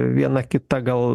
viena kita gal